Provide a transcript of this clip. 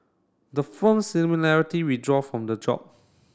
the firm similarity withdraw from the job